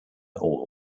all